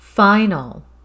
final